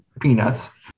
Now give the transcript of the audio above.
Peanuts